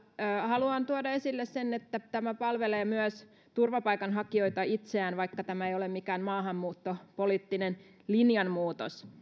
haluan tuoda esille sen että tämä palvelee myös turvapaikanhakijoita itseään vaikka tämä ei ole mikään maahanmuuttopoliittinen linjanmuutos